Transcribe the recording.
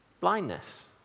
Blindness